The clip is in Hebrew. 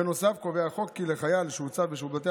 בנוסף קובע החוק כי לחייל שהוצב בשירות בתי